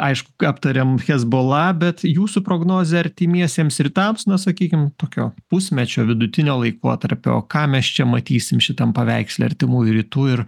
aišku aptarėm hezbollah bet jūsų prognozė artimiesiems rytams na sakykim tokio pusmečio vidutinio laikotarpio ką mes čia matysime šitam paveiksle artimųjų rytų ir